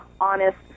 honest